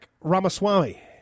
Ramaswamy